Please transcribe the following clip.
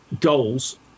goals